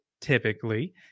typically